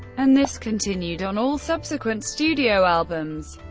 and this continued on all subsequent studio albums.